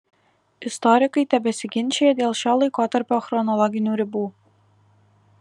istorikai tebesiginčija dėl šio laikotarpio chronologinių ribų